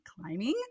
climbing